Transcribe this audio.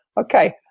Okay